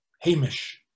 Hamish